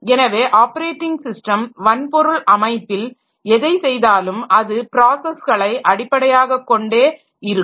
எனவே operating system வன்பொருள் அமைப்பில் எதை செய்தாலும் அது ப்ராஸஸ்களை அடிப்படையாக கொண்டே இருக்கும்